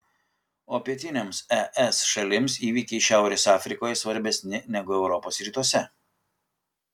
o pietinėms es šalims įvykiai šiaurės afrikoje svarbesni negu europos rytuose